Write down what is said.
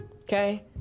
okay